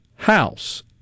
House